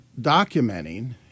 documenting—